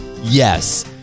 Yes